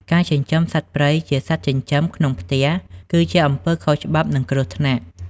ការចិញ្ចឹមសត្វព្រៃជាសត្វចិញ្ចឹមក្នុងផ្ទះគឺជាអំពើខុសច្បាប់ និងគ្រោះថ្នាក់។